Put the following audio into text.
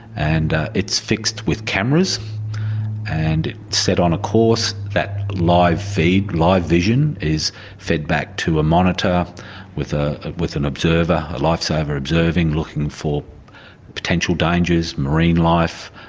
and it's fixed with cameras and it's set on a course. that live feed, live vision, is fed back to a monitor with ah with an observer, a lifesaver observing, looking for potential dangers, marine life,